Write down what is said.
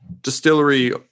distillery